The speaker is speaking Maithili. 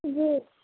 जी